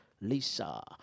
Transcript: Lisa